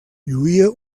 lluïa